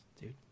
dude